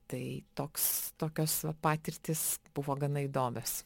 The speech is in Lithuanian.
tai toks tokios va patirtys buvo gana įdomios